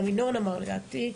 גם ינון אמר לדעתי,